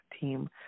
team